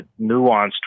nuanced